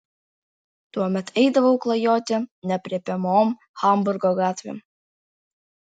tuomet eidavau klajoti neaprėpiamom hamburgo gatvėm